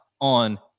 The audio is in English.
on